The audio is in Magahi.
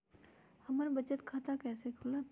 हमर बचत खाता कैसे खुलत?